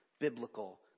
biblical